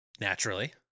Naturally